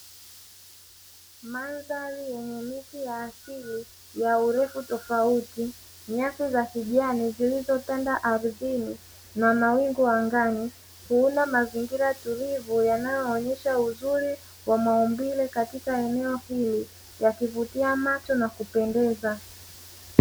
Mandhari yenye miti ya asili ya urefu tofauti, nyasi za kijani zilizotanda ardhini na mawingu angani; kuunda mazingira tulivu yanayoonyesha uzuri wa maumbile katika eneo hili yakivutia macho na kupendeza.